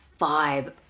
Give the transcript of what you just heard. vibe